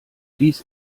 dies